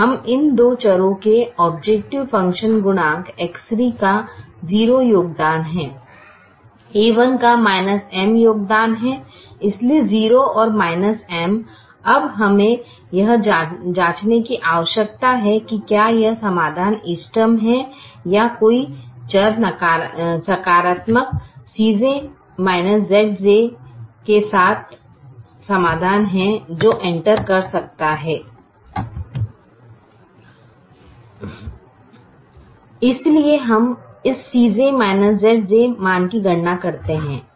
अब इन दो चर के औब्जैकटिव फंकशन गुणांक X3 का 0 योगदान है a1 का M योगदान है इसलिए 0 और M अब हमें यह जांचने की आवश्यकता है कि क्या यह समाधान इष्टतम है या क्या कोई चर सकारात्मक Cj Zj के साथ समाधान है जो एंटर कर सकता है इसलिए हम इस Cj Zj मान की गणना करते हैं